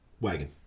Wagon